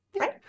right